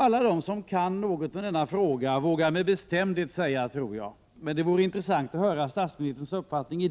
Alla som kan något om denna fråga vågar med bestämdhet säga, tror jag, men det vore intressant att höra statsministerns uppfattning,